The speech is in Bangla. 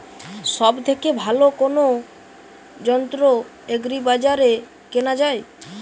সব থেকে ভালো কোনো যন্ত্র এগ্রি বাজারে কেনা যায়?